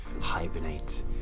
hibernate